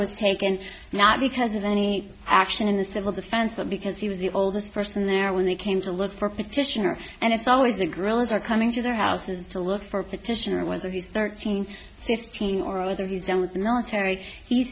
was taken not because of any action in the civil defense but because he was the oldest person there when they came to look for petitioner and it's always the grill is are coming to their houses to look for petitioner whether he's thirteen fifteen or whether he's done with the military he